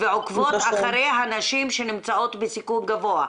ועוקבות אחרי הנשים שנמצאות בסיכון גבוה,